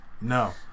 No